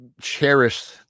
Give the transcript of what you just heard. cherish